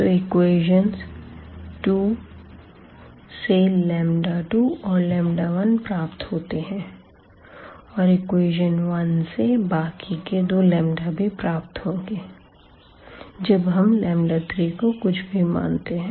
तो इक्वेशन 2 से 2 और 1 प्राप्त होते है और एक्वेशन 1 से बाकि के दो लंबदा भी प्राप्त होंगे जब हम 3 कुछ भी मानते हैं